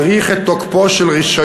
להזמין את יושב-ראש ועדת הכלכלה חבר